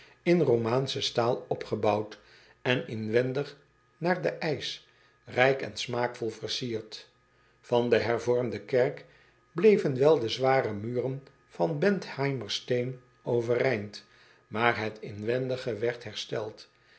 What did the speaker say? in omaanschen stijl opgetrokken en inwendig naar den eisch rijk en smaakvol versierd an de ervormde kerk bleven wel de zware muren van entheimer steen overeind maar het inwendige werd hersteld